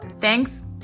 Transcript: Thanks